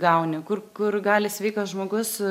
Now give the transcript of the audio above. gauni kur kur gali sveikas žmogus